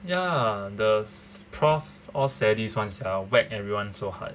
ya the prof all sadist [one] sia whack everyone so hard